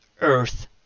earth